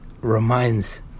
reminds